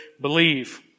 believe